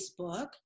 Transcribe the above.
Facebook